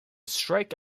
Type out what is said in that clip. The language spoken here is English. strike